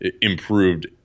improved